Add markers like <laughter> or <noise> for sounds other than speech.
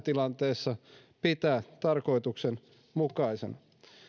<unintelligible> tilanteessa pitää tarkoituksenmukaisena